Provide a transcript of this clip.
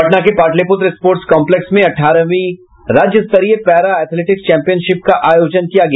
पटना के Pataliputra sports complex में अठारहवीं राज्यस्तरीय पैरा एथेलेटिक्स चैंपियनशिप का आयोजन किया गया